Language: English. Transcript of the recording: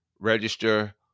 register